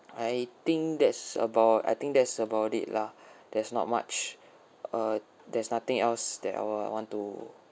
I think that's about I think that's about it lah there's not much uh there's nothing else that I will I want to